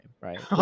right